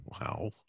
Wow